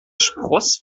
spross